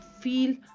feel